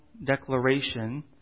Declaration